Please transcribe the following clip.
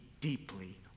deeply